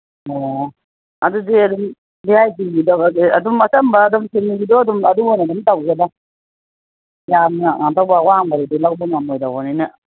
ꯑꯣ ꯑꯗꯨꯗꯤ ꯑꯗꯨꯝ ꯚꯤ ꯑꯥꯏ ꯄꯤꯒꯤ ꯑꯗꯨꯝ ꯑꯆꯝꯕ ꯑꯗꯨꯝ ꯆꯨꯝꯅꯒꯤꯗꯣ ꯑꯗꯨꯝ ꯑꯗꯨ ꯑꯣꯏꯅ ꯑꯗꯨꯝ ꯇꯧꯒꯦꯗ ꯌꯥꯝꯅ ꯀꯩꯅꯣ ꯇꯧꯕ ꯑꯋꯥꯡꯕ ꯂꯧꯕ ꯉꯝꯃꯣꯏꯗꯕꯅꯤꯅ